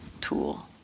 tool